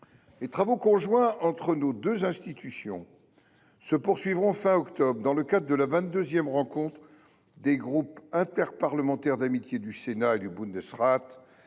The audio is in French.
Les travaux conjoints entre nos deux institutions se poursuivront fin octobre, dans le cadre de la 22 rencontre des groupes interparlementaires d’amitié du Sénat et du, qui se